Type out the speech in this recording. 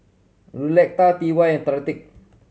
Lucetta T Y and Tyrik